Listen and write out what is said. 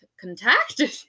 contacted